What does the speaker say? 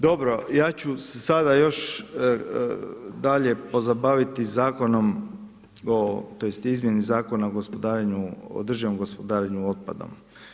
Dobro ja ću se sada još dalje pozabaviti zakonom, tj. izmjeni Zakona o održivom gospodarenju otpadom.